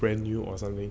brand new or something